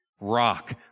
rock